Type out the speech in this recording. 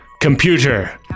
computer